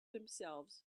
themselves